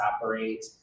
operate